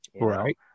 right